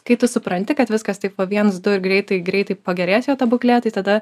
kai tu supranti kad viskas taip va viens du ir greitai greitai pagerės jo ta būklė tai tada